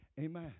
amen